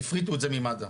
הפריטו את זה ממד"א,